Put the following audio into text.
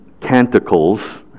canticles